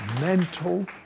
mental